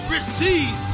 Receive